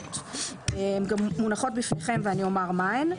השגות מונחות בפניכם ואני אומר מהן.